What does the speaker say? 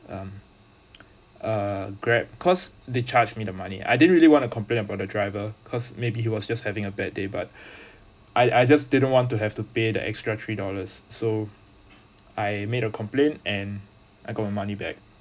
um uh grab cause they charged me the money I didn't really want to complain about the driver cause maybe he was just having a bad day but I I just didn't want to have to pay the extra three dollars so I made a complaint and I got my money back